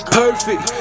perfect